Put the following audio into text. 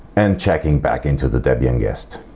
and checking back into the debian guest.